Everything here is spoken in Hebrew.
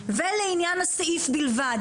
ולעניין הסעיף בלבד,